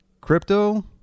Crypto